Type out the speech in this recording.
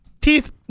teeth